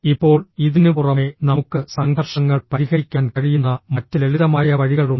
ഇപ്പോൾ ഇതിനുപുറമെ നമുക്ക് സംഘർഷങ്ങൾ പരിഹരിക്കാൻ കഴിയുന്ന മറ്റ് ലളിതമായ വഴികളുണ്ട്